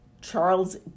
Charles